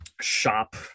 shop